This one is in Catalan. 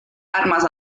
armes